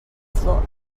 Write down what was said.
floor